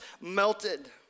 melted